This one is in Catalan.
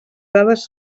dades